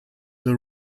the